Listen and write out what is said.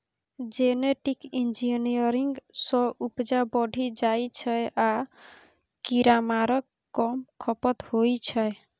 genetic engineering सँ उपजा बढ़ि जाइ छै आ कीरामारक कम खपत होइ छै